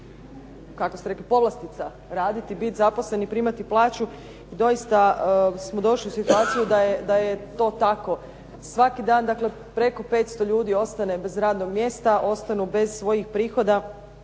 kako ste rekli, povlastica raditi i biti zaposlen i primati plaću. Doista smo došli u situaciju da je to tako. Svaki dan dakle preko 500 ljudi ostane bez radnog mjesta, ostanu bez svojih prihoda